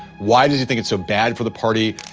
why does he think it's so bad for the party?